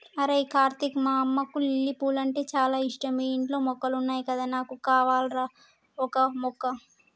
అరేయ్ కార్తీక్ మా అమ్మకు లిల్లీ పూలంటే చాల ఇష్టం మీ ఇంట్లో మొక్కలున్నాయి కదా నాకు కావాల్రా ఓక మొక్క